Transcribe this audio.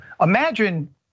Imagine